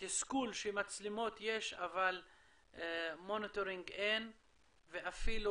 התסכול שמצלמות יש אבל מוניטורינג אין ואפילו